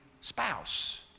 spouse